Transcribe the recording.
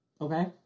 Okay